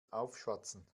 aufschwatzen